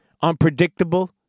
Unpredictable